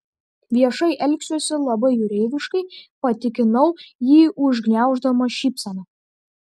viešai elgsiuosi labai jūreiviškai patikinau jį užgniauždama šypseną